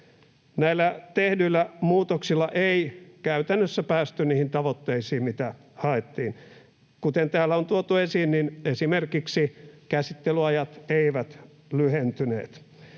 Näillä tehdyillä muutoksilla ei käytännössä päästy niihin tavoitteisiin, mitä haettiin. Kuten täällä on tuotu esiin, niin esimerkiksi käsittelyajat eivät lyhentyneet,